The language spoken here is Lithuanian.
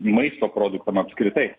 maisto produktam apskritai